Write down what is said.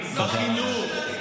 בחינוך,